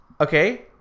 Okay